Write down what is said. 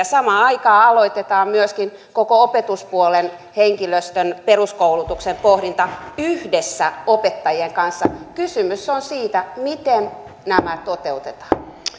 samaan aikaan aloitetaan myöskin koko opetuspuolen henkilöstön peruskoulutuksen pohdinta yhdessä opettajien kanssa kysymys on siitä miten nämä toteutetaan